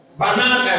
banana